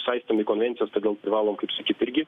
saistomi konvencijos todėl privalom kaip sakyt irgi